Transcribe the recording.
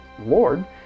Lord